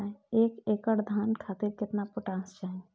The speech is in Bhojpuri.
एक एकड़ धान खातिर केतना पोटाश चाही?